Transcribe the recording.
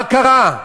מה קרה?